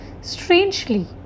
strangely